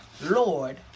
Lord